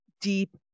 deep